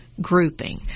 grouping